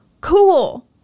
cool